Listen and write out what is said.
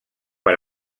per